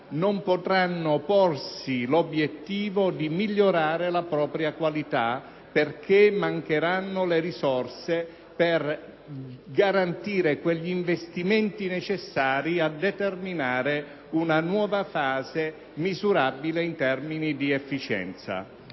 non potranno porsi l'obiettivo di migliorare la propria qualità, perché mancheranno le risorse per garantire quegli investimenti necessari a determinare una nuova fase misurabile in termini di efficienza.